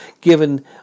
given